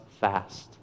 fast